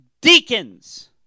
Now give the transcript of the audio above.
deacons